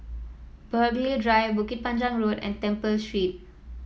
Burghley Drive Bukit Panjang Road and Temple Street